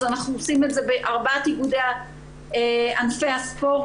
אז אנחנו עושים את זה בארבעת איגודי ענפי הכדור,